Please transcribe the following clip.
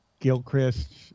Gilchrist